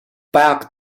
back